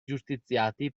giustiziati